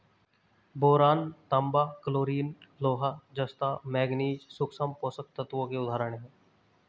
boron, तांबा, chlorine, लोहा, जस्ता, मैंगनीज सूक्ष्म पोषक तत्वों के उदाहरण हैं